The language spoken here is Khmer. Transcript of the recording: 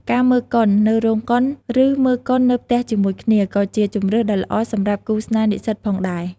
ការ មើលកុន នៅរោងកុន ឬមើលកុននៅផ្ទះជាមួយគ្នា ក៏ជាជម្រើសដ៏ល្អសម្រាប់គូស្នេហ៍និស្សិតផងដែរ។